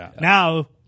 now